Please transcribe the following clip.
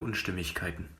unstimmigkeiten